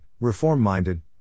reform-minded